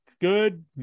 good